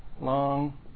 Long